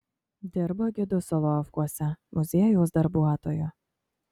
dirbo gidu solovkuose muziejaus darbuotoju